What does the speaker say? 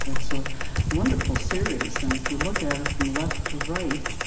that's a wonderful series, and if you look at at it from left to right,